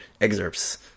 excerpts